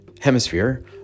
hemisphere